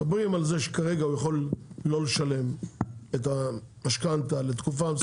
מדברים על זה שכרגע הוא יכול לא לשלם את המשכנתה לתקופה.